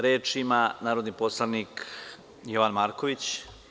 Reč ima narodni poslanik mr Jovan Marković.